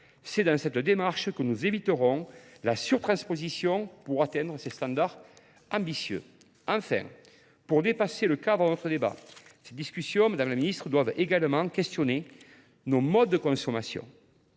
c'est dans cette démarche que nous éviterons la sur-transposition pour atteindre ces standards ambitieux. Enfin, pour dépasser le cadre de notre débat, ces discussions doivent également questionner nos modes de consommation.